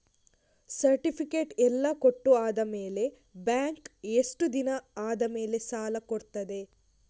Certificate ಎಲ್ಲಾ ಕೊಟ್ಟು ಆದಮೇಲೆ ಬ್ಯಾಂಕ್ ಎಷ್ಟು ದಿನ ಆದಮೇಲೆ ಸಾಲ ಕೊಡ್ತದೆ?